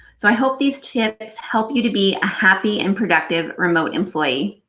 so i hope these tips help you to be a happy and productive remote employee.